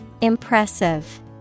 Impressive